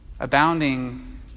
Abounding